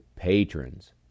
patrons